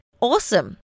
awesome